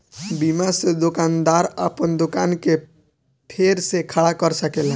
बीमा से दोकानदार आपन दोकान के फेर से खड़ा कर सकेला